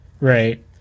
right